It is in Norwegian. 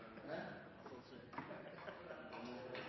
nei til så